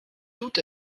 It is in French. tout